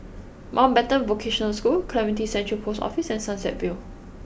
Mountbatten Vocational School Clementi Central Post Office and Sunset Vale